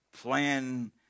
plan